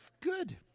Good